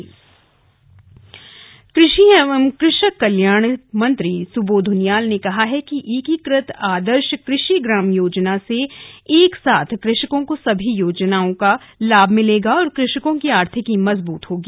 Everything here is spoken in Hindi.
कृषि मंत्री दौरा कृषि एवं कृषक कल्याण मंत्री सुबोध उनियाल ने कहा है कि एकीकृत आदर्श कृषि ग्राम योजना से एक साथ कृषकों को सभी योजनाओं लाभ मिलेगा और कृषकों की आर्थिकी मजबूत होगी